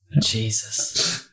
Jesus